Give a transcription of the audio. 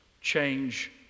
change